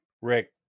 Rick